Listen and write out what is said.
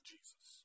Jesus